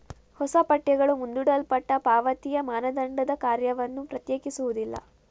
ಹೊಸ ಪಠ್ಯಗಳು ಮುಂದೂಡಲ್ಪಟ್ಟ ಪಾವತಿಯ ಮಾನದಂಡದ ಕಾರ್ಯವನ್ನು ಪ್ರತ್ಯೇಕಿಸುವುದಿಲ್ಲ